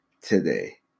today